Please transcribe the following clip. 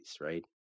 right